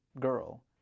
girl